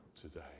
today